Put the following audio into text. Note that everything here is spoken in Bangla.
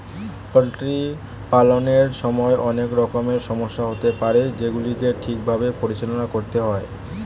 পোল্ট্রি পালনের সময় অনেক রকমের সমস্যা হতে পারে যেগুলিকে ঠিক ভাবে পরিচালনা করতে হয়